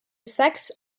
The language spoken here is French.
saxe